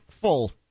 full